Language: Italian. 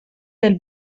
del